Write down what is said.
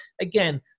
again